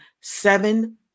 seven